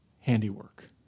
handiwork